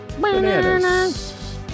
Bananas